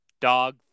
Dog